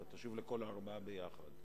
ואתה תשיב לכל הארבעה יחד.